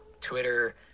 Twitter